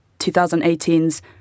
2018's